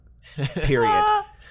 Period